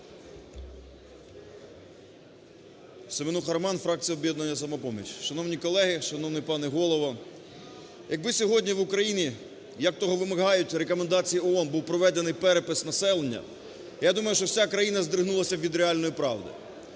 СеменухаРоман, фракція "Об'єднання "Самопоміч". Шановні колеги, шановний пане Голово, якби сьогодні в Україні, як того вимагають рекомендації ООН, був проведений перепис населення, я думаю, що вся країна здригнулася б від реальної правди.